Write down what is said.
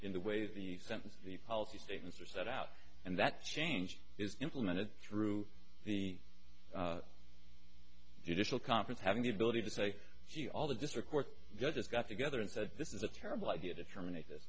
in the way the sentence the policy statements are set out and that change is implemented through the judicial conference having the ability to say see all the district court judges got together and said this is a terrible idea to terminate this